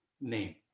name